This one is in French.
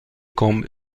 comme